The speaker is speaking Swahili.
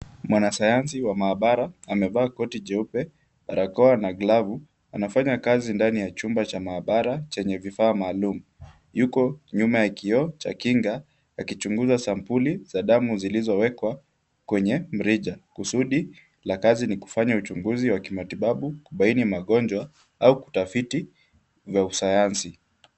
Mwanasayansi wa maabara amevaa koti jeupe, barakoa na glavu. Anafanya kazi ndani ya chumba cha maabara chenye vifaa maalum. Yuko nyuma ya kioo cha kinga akichunguza sampuli za damu zilizowekwa kwenye mrija. Kusuudi la kazi ni kufanya uchunguzi wa kimatibabu kubaini magonjwa au kutafiti la usayansi.